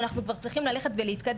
כשאנחנו כבר צריכים ללכת להתקדם,